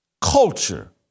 culture